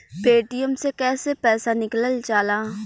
Paytm से कैसे पैसा निकलल जाला?